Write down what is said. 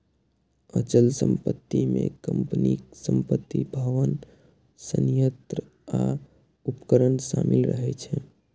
अचल संपत्ति मे कंपनीक संपत्ति, भवन, संयंत्र आ उपकरण शामिल रहै छै